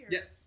Yes